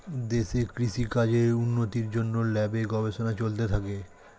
দেশে কৃষি কাজের উন্নতির জন্যে ল্যাবে গবেষণা চলতে থাকে